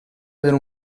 avere